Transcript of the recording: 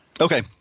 Okay